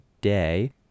day